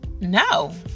no